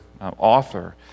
author